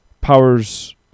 powers